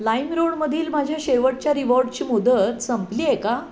लाईमरोडमधील माझ्या शेवटच्या रिवॉर्डची मुदत संपली आहे का